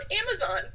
Amazon